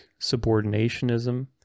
Subordinationism